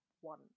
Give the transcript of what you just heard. one